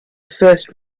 first